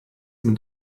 mit